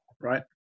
right